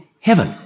heaven